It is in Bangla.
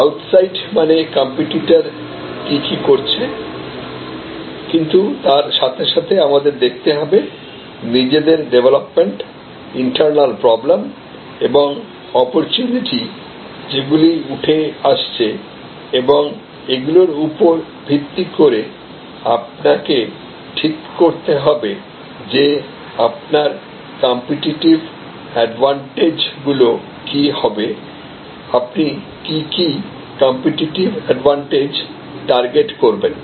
আউটসাইড মানে কম্পিটিটার কি কি করছে কিন্তু তার সাথে সাথে আমাদের দেখতে হবে নিজেদের ডেভলপমেন্টইন্টারনাল প্রবলেম এবং অপরচুনিটি যেগুলি উঠে আসছে এবং এগুলোর উপর ভিত্তি করে আপনাকে ঠিক করতে হবে যে আপনার কম্পিটিটিভ অ্যাডভান্টেজ গুলো কি হবে আপনি কি কি কম্পিটিটিভ অ্যাডভান্টেজ টার্গেট করবেন